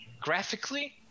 graphically